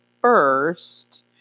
first